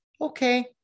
okay